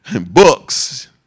Books